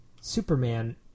Superman